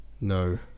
no